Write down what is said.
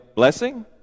blessing